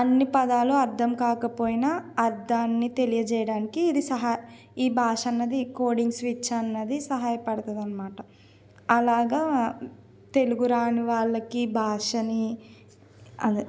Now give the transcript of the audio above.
అన్ని పదాలు అర్థం కాకపోయినా అర్థాన్ని తెలియజేయడానికి ఇది సహా ఈ భాష అన్నది కోడింగ్ స్విచ్ అన్నది సహాయ పడుతుంది అనమాట అలాగా తెలుగు రాని వాళ్ళకి భాషని అదే